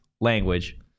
language